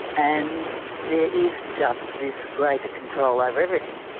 and there is just this greater control over everything.